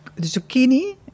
zucchini